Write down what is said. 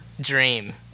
dream